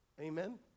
amen